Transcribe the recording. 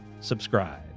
subscribe